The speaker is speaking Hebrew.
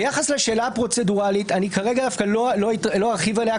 ביחס לשאלה הפרוצדורלית אני כרגע דווקא לא ארחיב עליה,